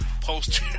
post